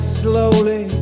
slowly